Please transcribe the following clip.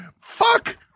Fuck